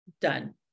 done